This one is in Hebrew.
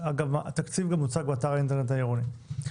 התקציב גם הוצג באתר האינטרנט העירוני,